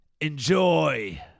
Enjoy